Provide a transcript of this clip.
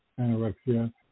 anorexia